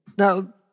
Now